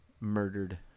murdered